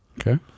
Okay